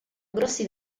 grossi